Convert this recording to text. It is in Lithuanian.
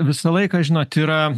visą laiką žinot yra